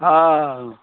हँ